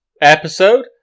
episode